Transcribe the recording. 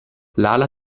lala